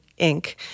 Inc